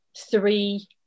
Three